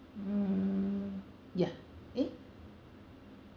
um ya eh